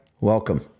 welcome